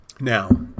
Now